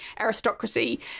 aristocracy